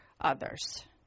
others